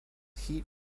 heat